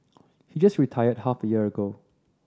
he just retired half a year ago